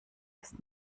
ist